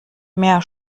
mehr